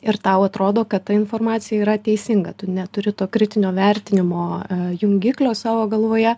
ir tau atrodo kad ta informacija yra teisinga tu neturi to kritinio vertinimo jungiklio savo galvoje